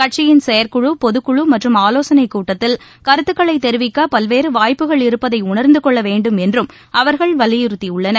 கட்சியின் செயற்குழு பொதுக்குழு மற்றும் ஆலோசனைக்கூட்டத்தில் கருத்துக்களை தெரிவிக்க பல்வேறு வாய்ப்புகள் இருப்பதை உணர்ந்து கொள்ள வேண்டும் என்றும் அவர்கள் வலியுறத்தியுள்ளனர்